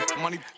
money